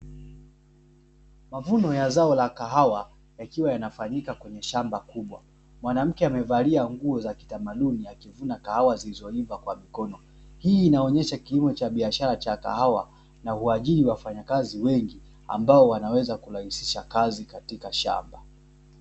Mavuno ya zao la kahawa yakiwa yanafanyika kwenye shamba kubwa. Mwanamke amevalia nguo za kitamaduni akivuna kahawa zilizoiva kwa mikono, hii inaonyesha kilimo cha biashara cha kahawa na uajiri wa wafanya kazi wengi ambao wanaweza kurahisisha kazi katika shamba.